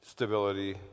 Stability